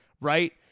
right